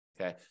okay